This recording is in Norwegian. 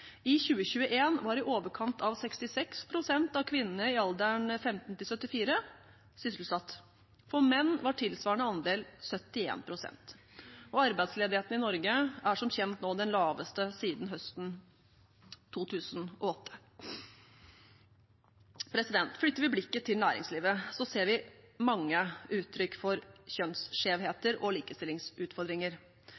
I 2021 var i overkant av 66 pst. av kvinnene i alderen 15–74 år sysselsatt. For menn var tilsvarende andel 71 pst. Arbeidsledigheten i Norge er som kjent nå den laveste siden høsten 2008. Flytter vi blikket til næringslivet, ser vi mange uttrykk for